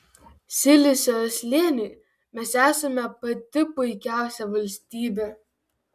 silicio slėniui mes esame pati puikiausia valstybė